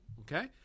okay